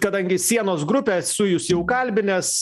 kadangi sienos grupė esu jus jau kalbinęs